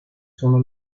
sono